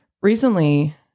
recently